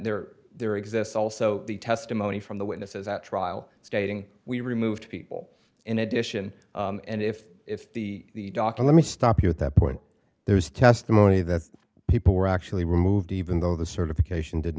re there exists also the testimony from the witnesses at trial stating we removed people in addition and if if the doctor let me stop you at that point there was testimony that people were actually removed even though the certification didn't